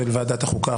של ועדת החוקה,